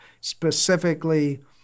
specifically